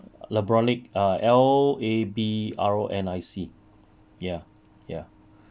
labrnic err L A B R N I C ya ya